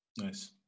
Nice